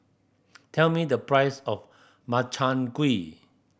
tell me the price of Makchang Gui